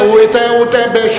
הוא היחיד שלא דיבר על חרדים.